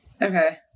Okay